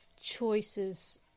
choices